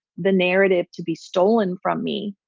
the narrative to be stolen from me,